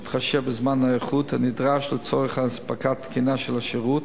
ובהתחשב בזמן ההיערכות הנדרש לצורך אספקה תקינה של השירות,